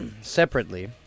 separately